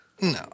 No